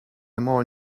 more